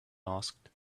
asked